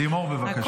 לימור, בבקשה.